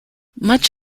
much